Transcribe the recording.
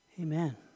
Amen